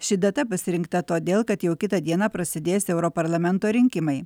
ši data pasirinkta todėl kad jau kitą dieną prasidės europarlamento rinkimai